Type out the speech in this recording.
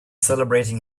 celebrating